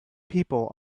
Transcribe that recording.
people